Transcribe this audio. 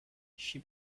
she